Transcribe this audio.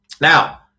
now